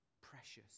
precious